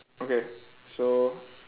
okay so